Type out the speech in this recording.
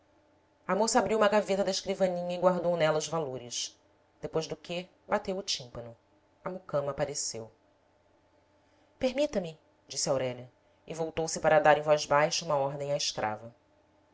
abriu uma gaveta da escrivaninha e guardou nela os valores depois do que bateu o tímpano a mucama apareceu permita me disse aurélia e voltou-se para dar em voz baixa uma ordem à escrava